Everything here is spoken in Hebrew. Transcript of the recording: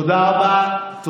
תודה רבה.